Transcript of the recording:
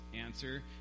answer